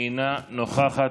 אינה נוכחת.